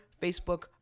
Facebook